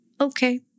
Okay